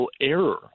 error